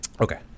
Okay